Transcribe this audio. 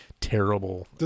Terrible